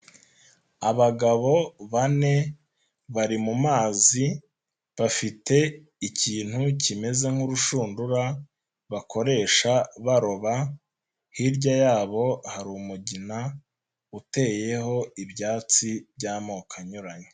Abagabo bane bari mu mazi bafite ikintu kimeze nk'urushundura bakoresha baroba, hirya yabo hari umugina uteyeho ibyatsi by'amoko anyuranye.